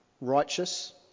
righteous